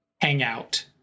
hangout